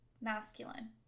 masculine